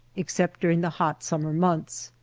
except during the hot summer months.